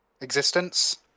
existence